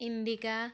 Indica